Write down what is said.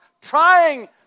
trying